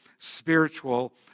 Spiritual